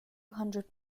hundred